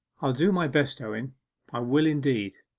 i'll do my best, owen i will, indeed